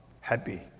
happy